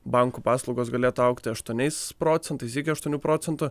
bankų paslaugos galėtų augti aštuoniais procentais iki aštuonių procentų